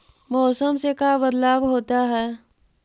मौसम से का बदलाव होता है?